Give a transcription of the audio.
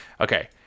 Okay